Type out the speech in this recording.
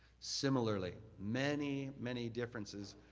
similarly, many, many differences